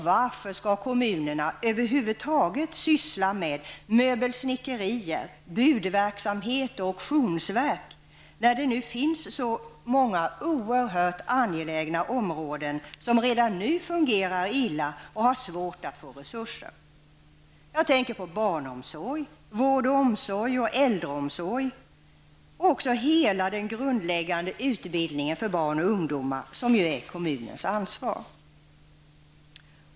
Varför skall kommunerna över huvud taget syssla med möbelsnickerier, budverksamhet och auktionsverk, när det finns så många oerhört angelägna områden som redan nu fungerar illa och har svårt att få resurser? Jag tänker på barnomsorg, äldreomsorg, vård och omsorg i övrigt och hela den grundläggande utbildningen för barn och ungdomar, som ju är kommunens ansvar.